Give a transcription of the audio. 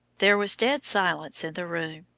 there was dead silence in the room.